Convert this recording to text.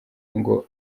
ngo